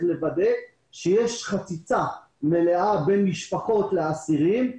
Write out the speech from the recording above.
לוודא שיש חציצה מלאה בין משפחות לאסירים,